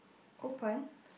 open